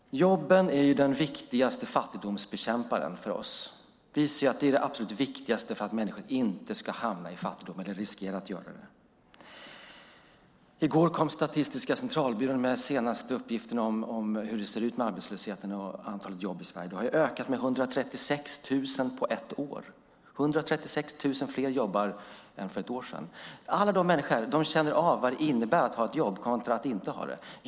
Jobben är den viktigaste fattigdomsbekämparen för oss. Det är det absolut viktigaste för att människor inte ska riskera att hamna i fattigdom. I går kom Statistiska centralbyrån med de senaste siffrorna för arbetslösheten och jobben i Sverige. 136 000 fler jobbar i dag än för ett år sedan. Alla dessa människor vet vad det innebär att ha ett jobb kontra att inte ha det.